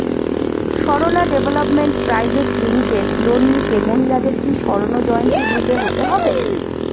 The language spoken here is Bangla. Sarala development private limited loan নিতে মহিলাদের কি স্বর্ণ জয়ন্তী গ্রুপে হতে হবে?